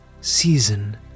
season